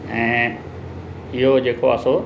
ऐं इहो जेको आहे सो